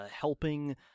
helping